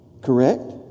Correct